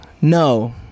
no